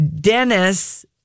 Dennis